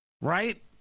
right